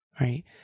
right